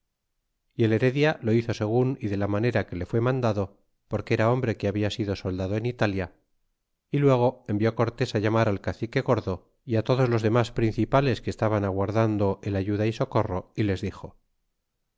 y el heredia lo hizo segun y de la manera que le fué mandado poriue era hombre que había sido soldado en italia y luego envió cortés llamar al cacique gordo é todos los demas principales que estaban aguardando el ayuda y socorro y les dixo